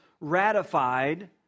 ratified